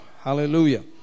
Hallelujah